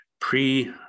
pre